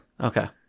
Okay